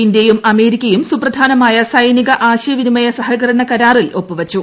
ഇന്ത്യയും അമേരിക്കയും സുപ്രധാനമായ സൈനിക ആശയവിനിമയ സഹകരണ കരാറിൽ ഒപ്പുവച്ചു